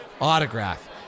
autograph